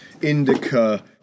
Indica